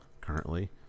currently